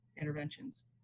interventions